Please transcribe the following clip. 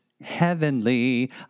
heavenly